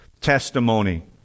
testimony